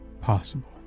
possible